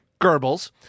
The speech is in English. Goebbels